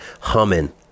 humming